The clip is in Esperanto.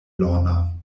lorna